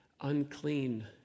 unclean